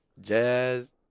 jazz